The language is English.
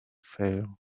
fail